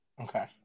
Okay